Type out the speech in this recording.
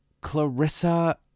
Clarissa